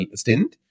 stint